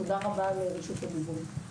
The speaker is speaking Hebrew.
תודה רבה על רשות הדיבור.